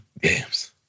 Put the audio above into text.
games